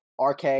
RK